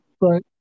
Right